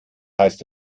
heißt